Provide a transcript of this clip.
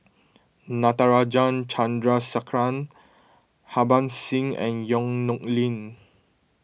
Natarajan Chandrasekaran Harbans Singh and Yong Nyuk Lin